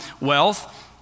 wealth